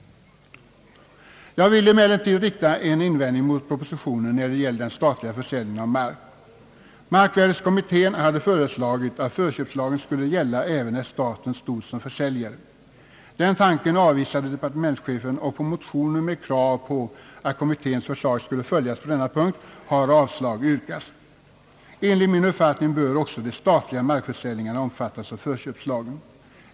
Jag vill emellertid rikta en invändning mot propositionen när det gäller den statliga försäljningen av mark. Markvärdekommittén hade föreslagit att förköpslagen skulle gälla även när staten stod som försäljare. Den tanken avvisade departementschefen, och avslag har yrkats på motioner med krav på att kommitténs förslag skulle följas på denna punkt. Enligt min uppfattning bör också de statliga markförsäljningarna omfattas av förköpslagen.